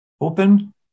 open